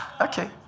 Okay